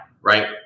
right